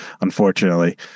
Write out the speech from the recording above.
unfortunately